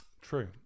true